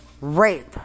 Rape